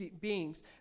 beings